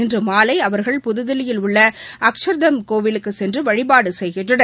இன்று மாலை அவர்கள் புதுதில்லியில் உள்ள அக்ஷர்தம் கோவிலுக்கு சென்று வழிபாடு செய்கின்றனர்